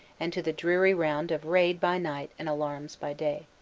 and to the dreary round of raid by night and alarums by day.